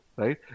right